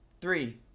three